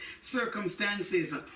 circumstances